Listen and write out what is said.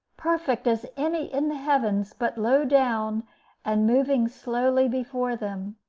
perfect as any in the heavens, but low down and moving slowly before them.